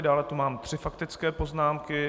Dále tu mám tři faktické poznámky.